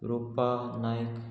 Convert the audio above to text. Rupa Naik